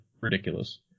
ridiculous